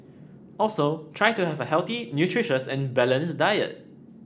also try to have a healthy nutritious and balanced diet